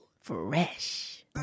Fresh